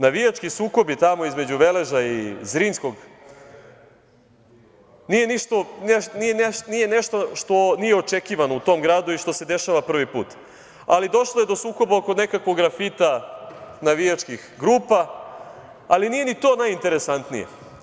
Navijački sukobi tamo između Veleža i Zrinjskog nije nešto što nije očekivano u tom gradu i što se dešava prvi put, ali došlo je do sukoba oko nekakvog grafita navijačkih grupa, ali nije ni to najinteresantnije.